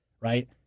right